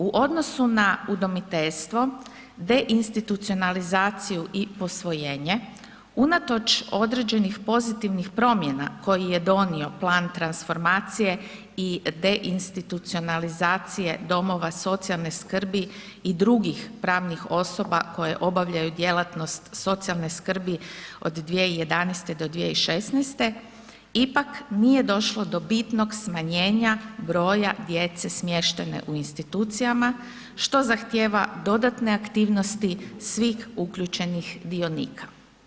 U odnosu na udomiteljstvo, deinstitucionalizaciju i posvojenje, unatoč određenih pozitivnih promjena koji je donio plan transformacije i deinstitucionalizacije domova socijalne skrbi i drugih pravnih osoba koje obavljaju djelatnost socijalne skrbi od 2011.-2016., ipak nije došlo do bitnog smanjenja broja djece smještene u institucijama, što zahtjeva dodatne aktivnosti svih uključenih dionika.